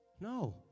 No